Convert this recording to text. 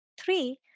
three